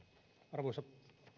arvoisa